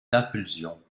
d’impulsion